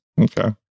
Okay